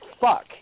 fuck